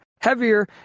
heavier